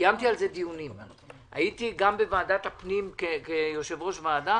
קיימתי על זה דיונים והייתי גם יושב-ראש ועדת